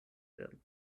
werden